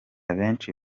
benshi